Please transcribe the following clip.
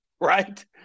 right